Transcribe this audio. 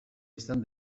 izan